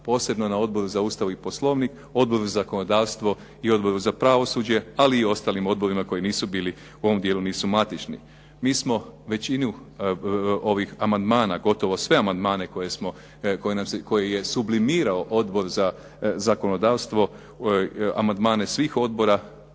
posebno na Odboru za Ustav i Poslovnik, Odbor za zakonodavstvo i Odboru za pravosuđe, ali i ostalim odborima koji nisu bili, u ovom dijelu nisu matični. Mi smo većinu ovih amandmana, gotovo sve amandmane koje je sublimirao Odbor za zakonodavstvo, amandmane svih odbora